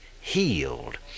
healed